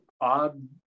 odd